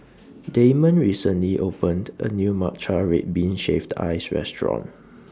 Damon recently opened A New Matcha Red Bean Shaved Ice Restaurant